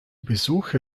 besuche